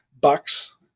bucks